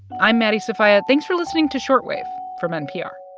i'm maddie sofia. thanks for listening to short wave from npr